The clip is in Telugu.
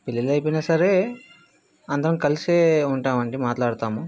పెళ్లిళ్ళు అయిపోయిన సరే అందరం కలిసి ఉంటాం అండి మాట్లాడతాము